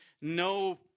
no